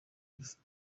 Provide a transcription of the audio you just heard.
rufite